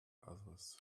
others